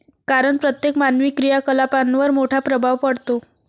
कारण प्रत्येक मानवी क्रियाकलापांवर मोठा प्रभाव पडतो